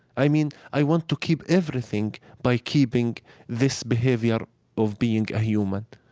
i mean, i want to keep everything by keeping this behavior of being a human,